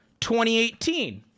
2018